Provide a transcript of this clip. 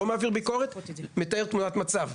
אני לא מעביר ביקורת אלא מתאר תמונת מצב.